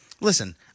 Listen